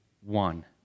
one